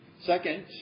Second